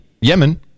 Yemen